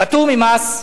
פטור ממס רכישה.